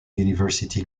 university